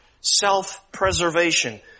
self-preservation